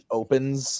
opens